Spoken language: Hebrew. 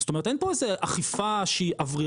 זאת אומרת אין פה אכיפה שהיא אוורירית,